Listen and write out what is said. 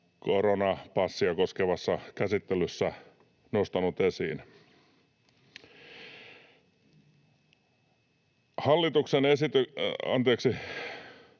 koronapassia koskevassa käsittelyssä nostanut esiin.